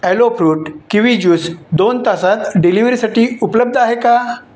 alloy fruit kiwi juice दोन तासात डिलिवरीसाठी उपलब्ध आहे का